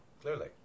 clearly